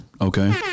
Okay